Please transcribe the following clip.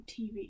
TV